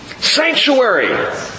Sanctuary